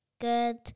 Good